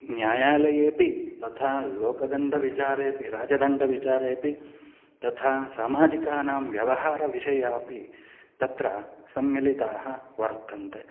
न्यायालयेऽपि तथा लोकदण्डविचारेऽपि राजदण्डविचारेऽपि तथा सामाजिकानां व्यवहारविषयाणामपि तत्र सम्मिलिताः वर्तन्ते